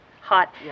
hot